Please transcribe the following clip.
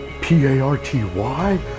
P-A-R-T-Y